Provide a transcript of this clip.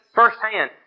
firsthand